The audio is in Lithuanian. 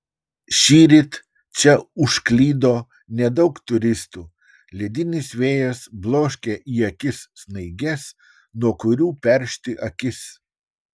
šįryt čia užklydo nedaug turistų ledinis vėjas bloškia į akis snaiges nuo kurių peršti akis